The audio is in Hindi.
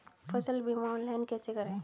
फसल बीमा ऑनलाइन कैसे करें?